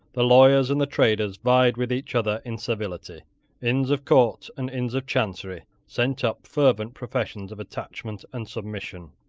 the lawyers and the traders vied with each other in servility. inns of court and inns of chancery sent up fervent professions of attachment and submission.